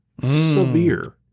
Severe